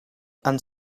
and